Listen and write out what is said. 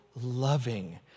loving